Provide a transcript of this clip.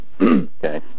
Okay